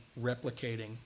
replicating